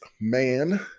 man